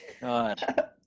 god